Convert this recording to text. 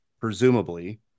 presumably